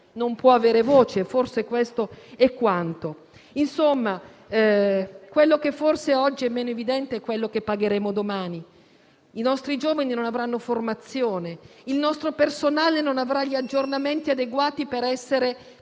non può avere voce; forse questo è quanto. In sostanza, ciò che oggi è meno evidente è quello che pagheremo domani. I nostri giovani non avranno formazione, il nostro personale non avrà gli aggiornamenti adeguati per essere competitivo,